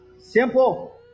simple